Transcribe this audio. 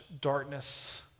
darkness